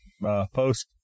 post